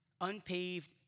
unpaved